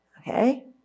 Okay